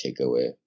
takeaway